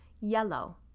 Yellow